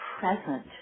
present